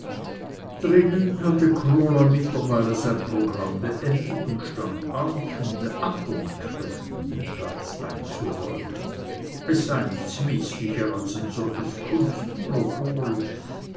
drinnen hatte krola mittlerweile sein programm beendet und stand auf um andern kräften den platz einzuräumen es sei nichts mißlicher als ein solches